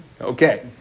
Okay